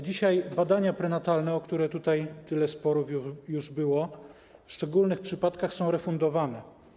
Dzisiaj badania prenatalne, o które tutaj tyle sporów już było, w szczególnych przypadkach są refundowane.